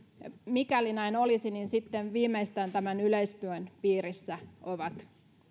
mikäli näin olisi ehdottomasti sitten viimeistään tämän yleistuen piirissä ne ovat